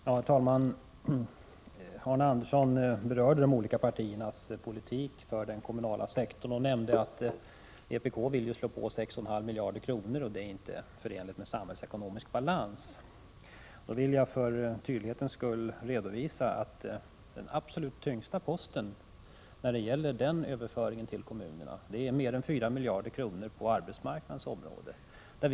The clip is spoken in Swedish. Herr talman! Arne Andersson i Gamleby berörde de olika partiernas politik när det gäller den kommunala sektorn. Han nämnde att vpk ville slå på 6,5 miljarder kronor och ansåg att detta inte är förenligt med samhällsekonomisk balans. Jag vill för tydlighetens skull redovisa att den absolut tyngsta posten när det gäller överföringen till kommunerna finns på arbetsmarknadens område, med mer än 4 miljarder kronor.